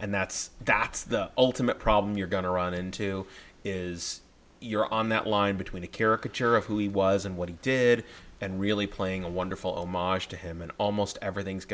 and that's that's the ultimate problem you're going to run into is you're on that line between a caricature of who he was and what he did and really playing a wonderful march to him and almost everything's